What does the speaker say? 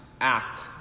act